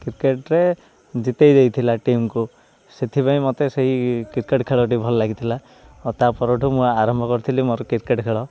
କ୍ରିକେଟ୍ରେ ଜିତାଇ ଯାଇଥିଲା ଟିମ୍କୁ ସେଥିପାଇଁ ମୋତେ ସେଇ କ୍ରିକେଟ୍ ଖେଳ ଟି ଭଲ ଲାଗିଥିଲା ଓ ତା ପରଠୁ ମୁଁ ଆରମ୍ଭ କରିଥିଲି ମୋର କ୍ରିକେଟ୍ ଖେଳ